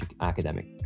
academic